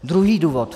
Druhý důvod.